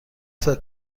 فکر